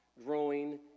growing